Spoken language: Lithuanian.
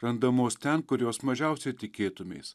randamos ten kur jos mažiausiai tikėtumeis